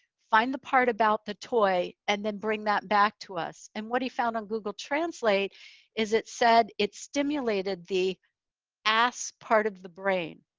find the part about the toy and then bring that back to us. and what he found on google translate is it said it stimulated the ass part of the brain,